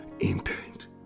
intent